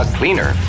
cleaner